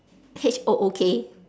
H O O K